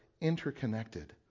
interconnected